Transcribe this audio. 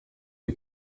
die